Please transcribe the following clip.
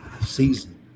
season